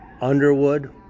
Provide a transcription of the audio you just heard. Underwood